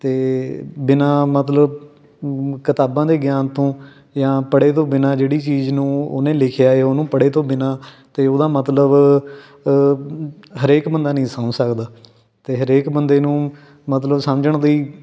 ਅਤੇ ਬਿਨਾਂ ਮਤਲਬ ਕਿਤਾਬਾਂ ਦੇ ਗਿਆਨ ਤੋਂ ਜਾਂ ਪੜ੍ਹੇ ਤੋਂ ਬਿਨਾਂ ਜਿਹੜੀ ਚੀਜ਼ ਨੂੰ ਉਹਨੇ ਲਿਖਿਆ ਏ ਉਹਨੂੰ ਪੜ੍ਹੇ ਤੋਂ ਬਿਨਾਂ ਅਤੇ ਉਹਦਾ ਮਤਲਬ ਹਰੇਕ ਬੰਦਾ ਨਹੀਂ ਸਮਝ ਸਕਦਾ ਅਤੇ ਹਰੇਕ ਬੰਦੇ ਨੂੰ ਮਤਲਬ ਸਮਝਣ ਦੀ